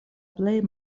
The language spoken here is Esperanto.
plej